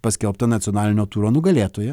paskelbta nacionalinio turo nugalėtoja